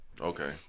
Okay